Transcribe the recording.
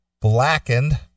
Blackened